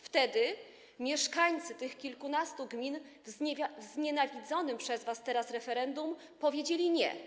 Wtedy mieszkańcy tych kilkunastu gmin w znienawidzonym przez was teraz referendum powiedzieli: nie.